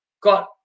got